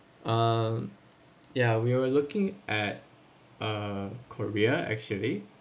uh yeah we will looking at uh korea actually